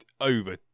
over